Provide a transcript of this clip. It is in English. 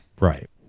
Right